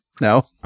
No